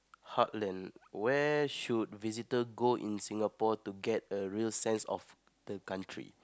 heartland where should visitor go in Singapore to get a real sense of the country